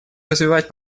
развивать